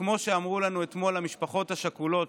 וכמו שאמרו לנו אתמול המשפחות השכולות,